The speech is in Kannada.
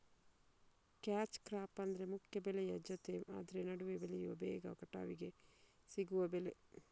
ಕ್ಯಾಚ್ ಕ್ರಾಪ್ ಅಂದ್ರೆ ಮುಖ್ಯ ಬೆಳೆಯ ಜೊತೆ ಆದ್ರ ನಡುವೆ ಬೆಳೆಯುವ ಬೇಗ ಕಟಾವಿಗೆ ಸಿಗುವ ಬೆಳೆ